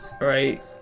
right